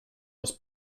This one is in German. aus